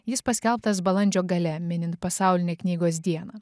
jis paskelbtas balandžio gale minint pasaulinę knygos dieną